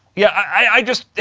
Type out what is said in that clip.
yeah. i just.